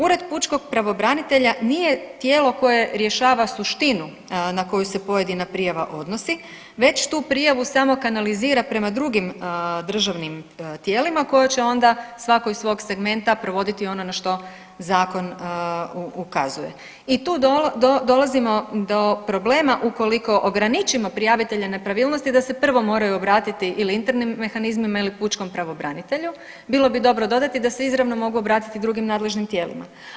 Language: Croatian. Ured pučkog pravobranitelja nije tijelo koje rješava suštinu na koje se pojedina prijava odnosi već tu prijavu samo kanalizira prema drugim državnim tijelima koje će onda svatko iz svog segmenta provoditi ono na što zakon ukazuje i tu dolazimo do problema ukoliko ograničimo prijavitelja nepravilnosti da se prvo moraju obratiti ili internim mehanizmima ili pučkom pravobranitelju, bilo bi dobro dodati da se izravno mogu obratiti drugim nadležnim tijelima.